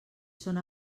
són